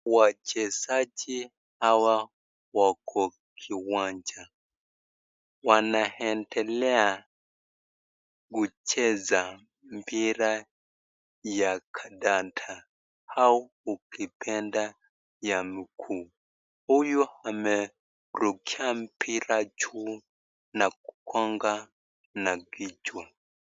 Wachezaji hawa wako kiwanja. Wanaendelea kucheza mpira ya kadanta au ukipenda ya miguu. Huyu amerukia mpira juu na kukonga na kichwa.